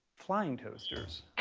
flying toasters.